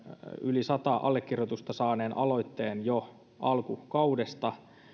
yli sata allekirjoitusta saaneen aloitteen jo alkukaudesta